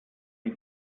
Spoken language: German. die